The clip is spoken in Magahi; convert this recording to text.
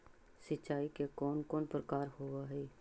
सिंचाई के कौन कौन प्रकार होव हइ?